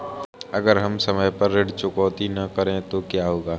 अगर हम समय पर ऋण चुकौती न करें तो क्या होगा?